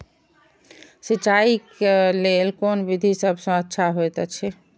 सिंचाई क लेल कोन विधि सबसँ अच्छा होयत अछि?